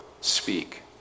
speak